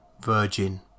virgin